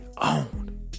own